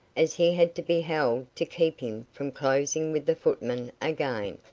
as he had to be held to keep him from closing with the footman again.